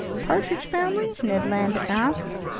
partridge family? ned land asked.